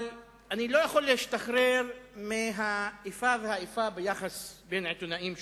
אבל אני לא יכול להשתחרר מהאיפה והאיפה ביחס בין עיתונאים שונים.